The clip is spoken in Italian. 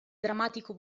drammatico